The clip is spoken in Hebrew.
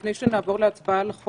לפני שהוועדה עוברת להצבעה,